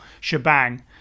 shebang